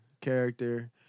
character